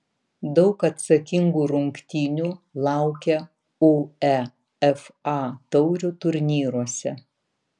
daug atsakingų rungtynių laukia uefa taurių turnyruose